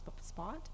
spot